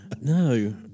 No